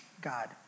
God